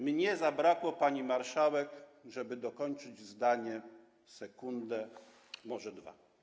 Mnie zabrakło, pani marszałek, żeby dokończyć zdanie, sekundy, może dwóch.